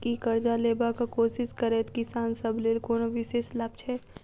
की करजा लेबाक कोशिश करैत किसान सब लेल कोनो विशेष लाभ छै?